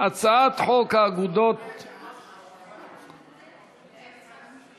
הצעת חוק להיטל על תקבולים ממכירת סיגריות